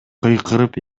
кыйкырып